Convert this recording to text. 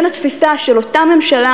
בין התפיסה של אותה ממשלה,